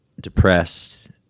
depressed